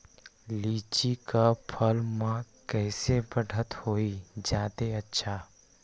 लिचि क फल म कईसे बढ़त होई जादे अच्छा?